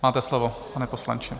Máte slovo, pane poslanče.